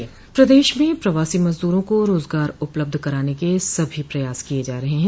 प्रदेश में प्रवासी मजदूरों को रोजगार उपलब्ध कराने के सभी प्रयास किये जा रहे हैं